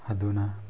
ꯑꯗꯨꯅ